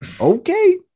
Okay